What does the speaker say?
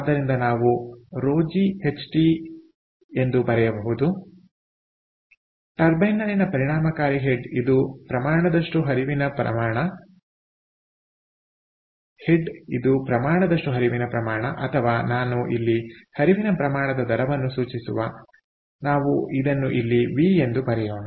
ಆದ್ದರಿಂದ ನಾವು ಇದನ್ನು ρg HT ಎಂದು ಬರೆಯಬಹುದು ಟರ್ಬೈನ್ ನಲ್ಲಿನ ಪರಿಣಾಮಕಾರಿ ಹೆಡ್ ಇದು ಪ್ರಮಾಣದಷ್ಟು ಹರಿವಿನ ಪ್ರಮಾಣ ಅಥವಾ ನಾನು ಇಲ್ಲಿ ಹರಿವಿನ ಪ್ರಮಾಣದ ದರವನ್ನು ಸೂಚಿಸುವ ನಾವು ಇದನ್ನು ಇಲ್ಲಿ ವಿ ಎಂದು ಬರೆಯೋಣ